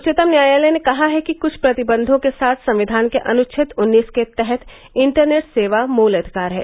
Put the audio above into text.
उच्चतम न्यायालय ने कहा है कि कुछ प्रतिबंधों के साथ संविधान के अनुच्छेद उन्नीस के तहत इंटरनेट सेवा मूल अधिकार है